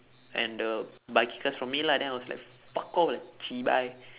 and the bicycles from me lah then I was like fuck off lah cheebye